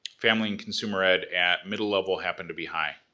family and consumer ed at middle level happen to be high.